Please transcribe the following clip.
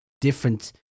different